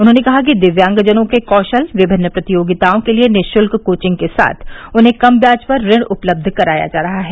उन्होंने कहा कि दिव्यांगजनों के कौशल विकास विभिन्न प्रतियोगिताओं के लिये निश्ल्क कोविंग के साथ उन्हें कम ब्याज पर ऋण उपलब्ध कराया जा रहा है